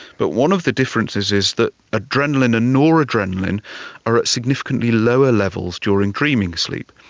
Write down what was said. but one of the differences is that adrenaline and noradrenaline are at significantly lower levels during dreaming sleep.